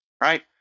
Right